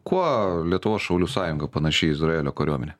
kuo lietuvos šaulių sąjunga panaši į izraelio kariuomenę